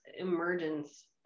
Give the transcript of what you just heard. emergence